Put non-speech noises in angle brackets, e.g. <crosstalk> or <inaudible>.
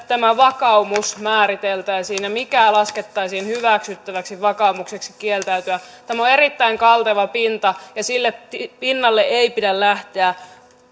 <unintelligible> tämä vakaumus määriteltäisiin ja mikä laskettaisiin hyväksyttäväksi vakaumukseksi kieltäytyä tämä on erittäin kalteva pinta ja sille pinnalle ei pidä lähteä